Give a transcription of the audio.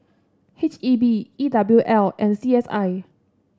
H E B E W L and C S I